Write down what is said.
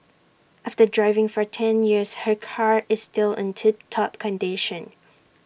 after driving for ten years her car is still on tip top condition